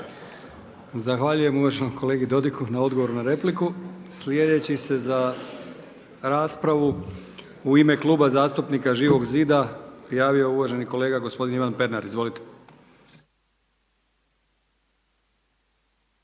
Zahvaljujem uvaženom kolegi Dodigu na repliku. Sljedeći se za raspravu u ime Kluba zastupnika Živog zida prijavio uvaženi kolega gospodin Ivan Pernar. Izvolite.